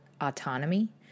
autonomy